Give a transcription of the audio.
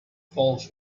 folks